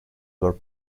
were